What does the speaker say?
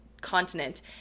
continent